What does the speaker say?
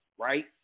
right